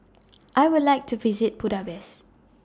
I Would like to visit Budapest